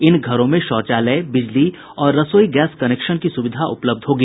इन घरों में शौचालय बिजली और रसोई गैस कनेक्शन की सुविधा उपलब्ध होगी